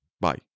Bye